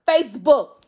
Facebook